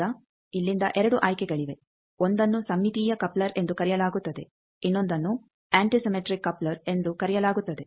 ಈಗ ಇಲ್ಲಿಂದ 2 ಆಯ್ಕೆಗಳಿವೆ ಒಂದನ್ನು ಸಮ್ಮಿತೀಯ ಕಪ್ಲರ್ ಎಂದು ಕರೆಯಲಾಗುತ್ತದೆ ಇನ್ನೊಂದನ್ನು ಆಂಟಿಸಿಮೆಟ್ರಿಕ್ ಕಪ್ಲರ್ ಎಂದು ಕರೆಯಲಾಗುತ್ತದೆ